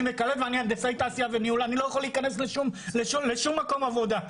אני הנדסאי תעשייה וניהול אני לא יכול להיכנס לשום מקום עבודה.